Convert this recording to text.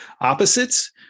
opposites